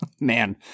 man